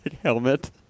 helmet